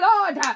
Lord